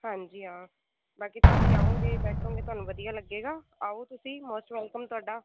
ਹਾਂਜੀ ਹਾਂ ਬਾਕੀ ਤੁਸੀਂ ਆਓਂਗੇ ਬੈਠੋਂਗੇ ਤੁਹਾਨੂੰ ਵਧੀਆ ਲੱਗੇਗਾ ਆਓ ਤੁਸੀਂ ਮੋਸਟ ਵੈਲਕਮ ਤੁਹਾਡਾ